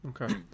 Okay